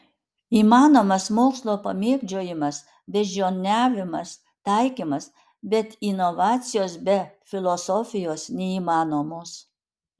įmanomas mokslo pamėgdžiojimas beždžioniavimas taikymas bet inovacijos be filosofijos neįmanomos